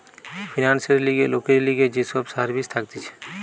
ফিন্যান্সের লিগে লোকের লিগে যে সব সার্ভিস থাকতিছে